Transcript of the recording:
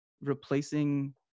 replacing